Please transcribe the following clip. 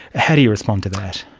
how do you respond to that?